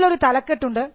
ഇതിൽ ഒരു തലക്കെട്ടുണ്ട്